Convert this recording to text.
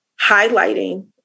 highlighting